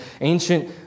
ancient